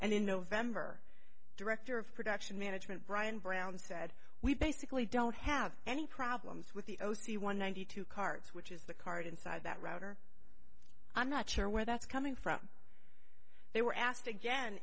and in november director of production management brian brown said we basically don't have any problems with the o c one hundred two cards which is the card inside that router i'm not sure where that's coming from they were asked again